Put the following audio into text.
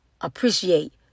appreciate